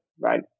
right